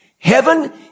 Heaven